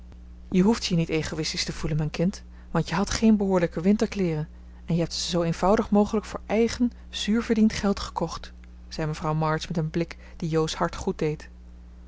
je hoefde je niet egoïstisch te voelen mijn kind want je hadt geen behoorlijke winterkleeren en je hebt ze zoo eenvoudig mogelijk voor eigen zuur verdiend geld gekocht zei mevrouw march met een blik die jo's hart